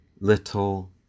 little